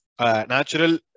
natural